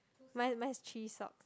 my mine's three sock